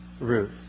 Ruth